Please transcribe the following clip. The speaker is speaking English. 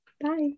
Bye